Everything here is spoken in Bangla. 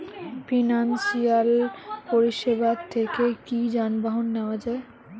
ফিনান্সসিয়াল পরিসেবা থেকে কি যানবাহন নেওয়া যায়?